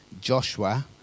Joshua